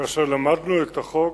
כאשר למדנו את החוק